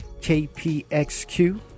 KPXQ